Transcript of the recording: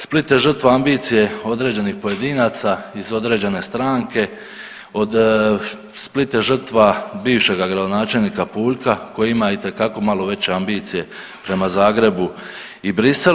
Split je žrtva ambicije određenih pojedinaca iz određene stranke, Split je žrtva bivšega gradonačelnika Puljka koji ima itekako malo veće ambicije prema Zagrebu i Bruxellesu.